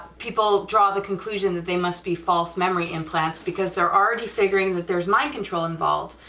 people draw the conclusion that they must be false memory implants, because they're already figuring that there's mind control involved,